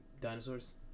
dinosaurs